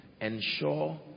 ensure